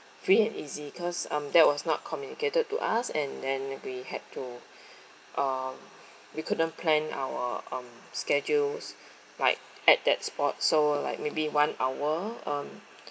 free and easy because um that was not communicated to us and then we had to um we couldn't plan our um schedules like at that spot so like maybe one hour um